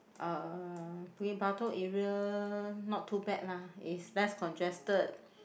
uh Bukit-Batok area not too bad lah it's less congested